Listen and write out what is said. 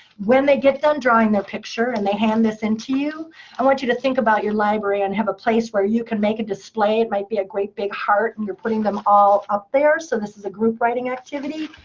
when they get done drawing their picture, and they hand this into you, i want you to think about your library, and have a place where you can make a display. it might be a great big heart, and you're putting them all up there. so this is a group writing activity.